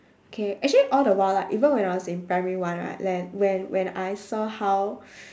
K actually all the while like even when I was in primary one right like when when I saw how